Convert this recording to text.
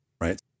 right